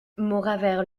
mauravert